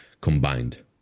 combined